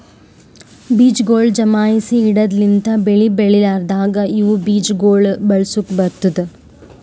ಬೀಜಗೊಳ್ ಜಮಾಯಿಸಿ ಇಡದ್ ಲಿಂತ್ ಬೆಳಿ ಬೆಳಿಲಾರ್ದಾಗ ಇವು ಬೀಜ ಗೊಳ್ ಬಳಸುಕ್ ಬರ್ತ್ತುದ